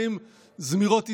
נעים זמירות ישראל,